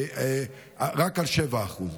רק על 7%;